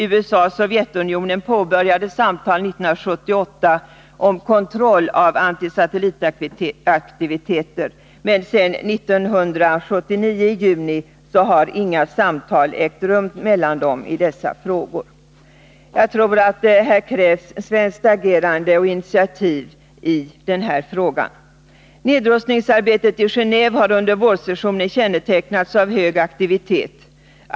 USA och Sovjetunionen påbörjade 1978 samtal om kontroll av antisatellit-aktiviteter. Sedan 1979 i juni har emellertid inga samtal ägt rum mellan dem i dessa frågor. Här krävs svenskt agerande och initiativ. Nedrustningsarbetet i Gen&ve har under vårsessionen kännetecknats av hög aktivitet.